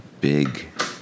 big